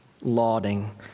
Lauding